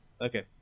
Okay